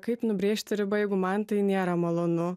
kaip nubrėžti ribą jeigu man tai nėra malonu